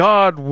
God